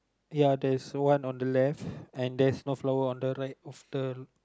ya there is one on the left and there is no flower on the right of the